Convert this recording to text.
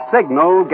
Signal